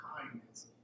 kindness